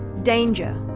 danger.